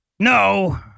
No